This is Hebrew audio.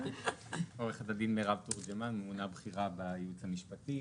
עו"ד מרב תורג'מן, ממונה בכירה ביעוץ המשפטי